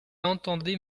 entendez